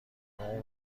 اون